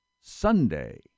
Sunday